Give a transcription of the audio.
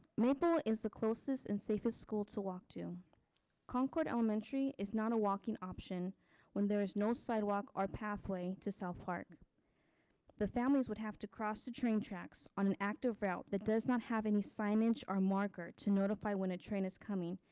maple is the closest and safest school to walk to concord elementary. it's not a walking option when there is no sidewalk or pathway to south park the families would have to cross the train tracks on an active route that does not have any signage or marker to notify when a train is coming.